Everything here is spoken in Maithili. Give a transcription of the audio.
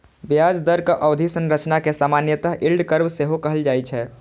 ब्याज दरक अवधि संरचना कें सामान्यतः यील्ड कर्व सेहो कहल जाए छै